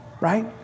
right